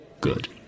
good